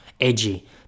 edgy